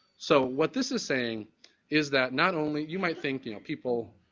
so, what this is saying is that not only, you might think, you know, people,